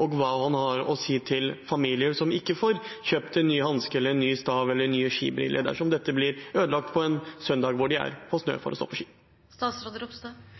og hva han har å si til familier som ikke får kjøpt en ny hanske eller en ny stav eller nye skibriller dersom dette blir ødelagt på en søndag hvor de er på SNØ for å stå på